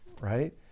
right